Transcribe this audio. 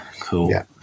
cool